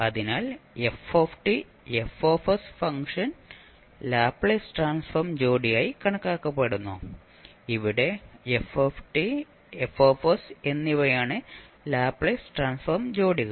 അതിനാൽ f F function Laplace transform ജോഡിയായി കണക്കാക്കപ്പെടുന്നു ഇവിടെ f F എന്നിവയാണ് ലാപ്ലേസ് ട്രാൻസ്ഫോം ജോഡികൾ